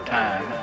time